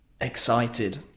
excited